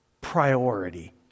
priority